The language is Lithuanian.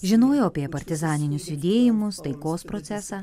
žinojau apie partizaninius judėjimus taikos procesą